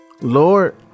Lord